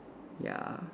ya